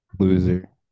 loser